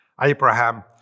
Abraham